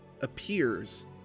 appears